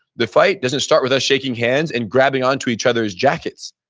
the fight doesn't start with shaking hands and grabbing onto each other's jackets,